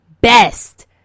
best